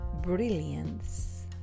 Brilliance